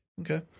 Okay